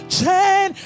chain